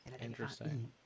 Interesting